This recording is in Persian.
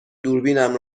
دوربینم